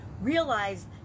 realize